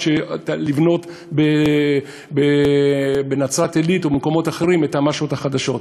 ולבנות בנצרת-עילית ובמקומות אחרים את המש"אות החדשות.